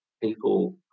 people